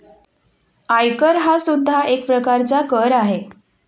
आयकर हा सुद्धा एक प्रकारचा कर आहे